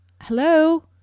Hello